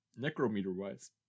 necrometer-wise